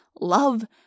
love